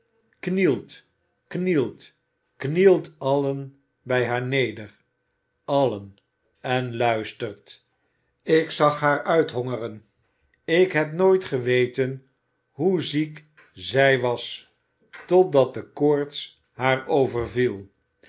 knielt knielt knielt allen bij haar neder allen en luistert ik zag haar uithongeren ik heb nooit geweten hoe ziek zij was totdat de koorts haar overviel